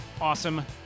awesome